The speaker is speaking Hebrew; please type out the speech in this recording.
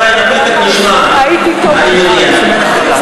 אתה, אתה